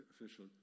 official